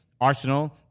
Arsenal